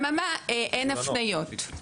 אבל אין הפניות.